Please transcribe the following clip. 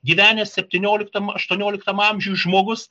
gyvenęs septynioliktam aštuonioliktam amžiuj žmogus